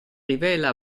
rivela